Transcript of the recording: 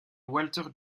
walter